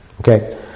okay